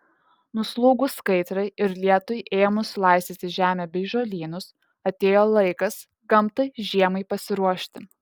nuslūgus kaitrai ir lietui ėmus laistyti žemę bei žolynus atėjo laikas gamtai žiemai pasiruošti